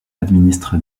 administre